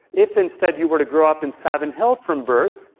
if instead you were to grow up in savin hill from birth,